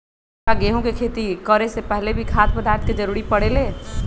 का गेहूं के खेती करे से पहले भी खाद्य पदार्थ के जरूरी परे ले?